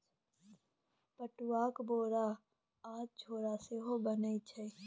पटुआक बोरा आ झोरा सेहो बनैत छै